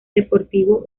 deportivo